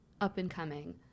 up-and-coming